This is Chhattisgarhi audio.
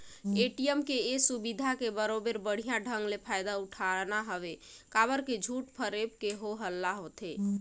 ए.टी.एम के ये सुबिधा के बरोबर बड़िहा ढंग के फायदा उठाना हवे काबर की झूठ फरेब के हो हल्ला होवथे